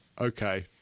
Okay